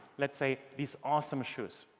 let's say, these awesome shoes.